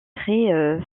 très